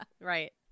Right